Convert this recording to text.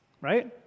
Right